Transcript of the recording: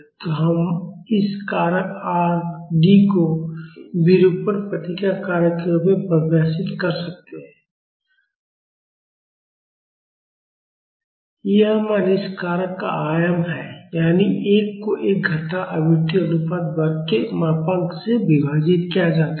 तो हम इस कारक R d को विरूपण प्रतिक्रिया कारक के रूप में परिभाषित कर सकते हैं और यह मान इस कारक का आयाम है यानी 1 को 1 घटा आवृत्ति अनुपात वर्ग के मापांक से विभाजित किया जाता है